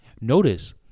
Notice